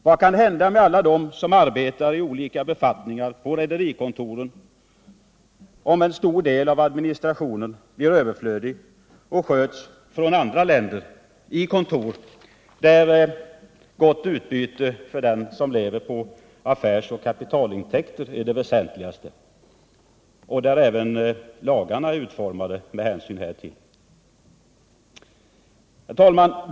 Vad kan hända med alla dem som arbetar i olika befattningar på rederikontoren, om en stor del av administrationen blir överflödig och sköts från kontor i andra länder, där gott utbyte för den som lever på affärsoch kapitalintäkter är det väsentligaste och där även lagarna är utformade med hänsyn därtill? Herr talman!